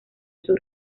sus